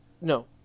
No